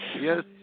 Yes